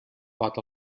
pot